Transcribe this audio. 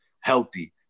healthy